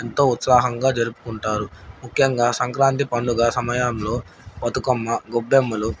ఎంతో ఉత్సాహంగా జరుపుకుంటారు ముఖ్యంగా సంక్రాంతి పండుగ సమయంలో బతుకమ్మ గొబ్బెమ్మలు